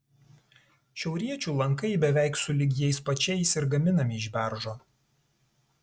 šiauriečių lankai beveik sulig jais pačiais ir gaminami iš beržo